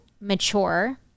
mature